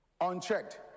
Unchecked